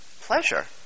pleasure